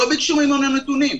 לא ביקשו ממנו נתונים.